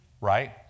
Right